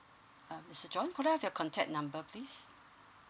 uh mister john could I have your contact number please